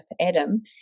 Adam